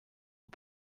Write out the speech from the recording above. aux